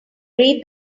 read